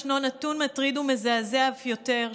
ישנו נתון מטריד ומזעזע אף יותר,